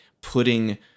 putting